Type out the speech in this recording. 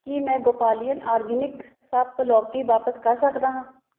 ਕੀ ਮੈਂ ਗੋਪਾਲੀਅਨ ਆਰਗੈਨਿਕ ਸਪ ਲੌਕੀ ਵਾਪਸ ਕਰ ਸਕਦਾ ਹਾਂ